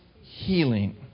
healing